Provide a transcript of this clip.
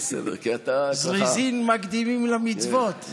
זריזים מקדימים למצוות.